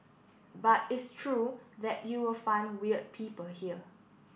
but it's true that you will find weird people here